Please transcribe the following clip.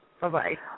Bye-bye